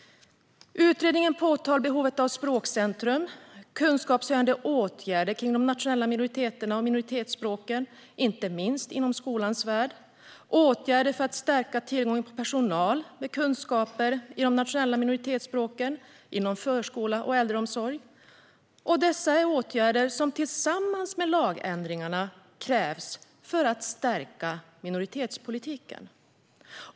Utredningen påpekar också behovet av språkcentrum, kunskapshöjande åtgärder gällande de nationella minoriteterna och minoritetsspråken - inte minst inom skolans värld - samt åtgärder för att stärka tillgång till personal med kunskaper i de nationella minoritetsspråken inom förskola och äldreomsorg. Det här är åtgärder som tillsammans med lagändringarna krävs för att stärka minoritetspolitiken.